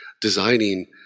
designing